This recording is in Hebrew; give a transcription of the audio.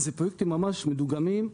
אלה פרויקטים ממש מדוגמים.